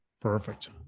Perfect